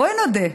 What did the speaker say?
בואי נודה: